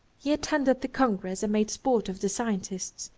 he attended the congress and made sport of the scientists,